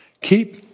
Keep